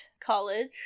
college